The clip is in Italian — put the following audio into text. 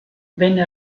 venne